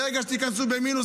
ברגע שתיכנסו למינוס,